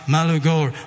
Malugor